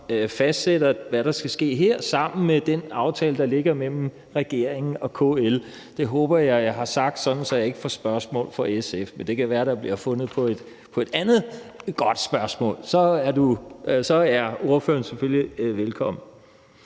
som fastsætter, hvad der skal ske her, sammen med den aftale, der ligger mellem regeringen og KL. Det håber jeg at jeg har sagt, sådan at jeg ikke får spørgsmål fra SF, men det kan være, der bliver fundet på et andet godt spørgsmål. Så er ordføreren selvfølgelig velkommen.